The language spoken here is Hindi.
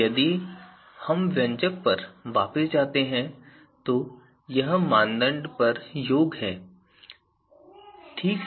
यदि हम व्यंजक पर वापस जाते हैं तो यह मानदंड पर योग है ठीक है